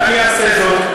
אני אעשה זאת.